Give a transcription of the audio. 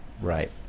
right